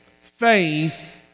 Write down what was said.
faith